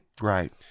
right